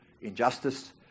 injustice